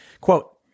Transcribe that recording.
Quote